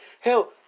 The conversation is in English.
hell